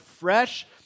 fresh